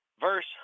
verse